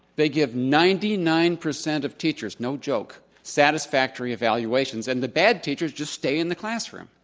they give ninety nine percent of teachers no joke satisfactory evaluations. and the bad teachers just stay in the classroom.